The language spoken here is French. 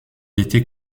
était